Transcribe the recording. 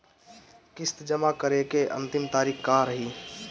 किस्त जमा करे के अंतिम तारीख का रही?